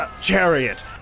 chariot